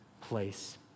place